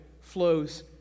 flows